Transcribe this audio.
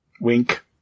Wink